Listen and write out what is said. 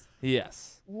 Yes